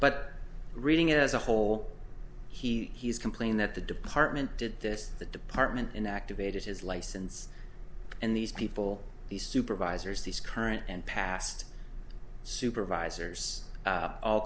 but reading it as a whole he's complained that the department did this the department inactivated his license and these people these supervisors these current and past supervisors